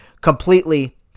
completely